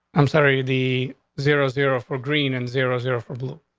i'm sorry. the zero zero for green and zero zero for blue.